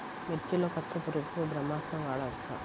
మిర్చిలో పచ్చ పురుగునకు బ్రహ్మాస్త్రం వాడవచ్చా?